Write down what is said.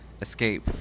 escape